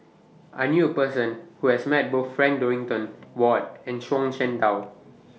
I knew A Person Who has Met Both Frank Dorrington Ward and Zhuang Shengtao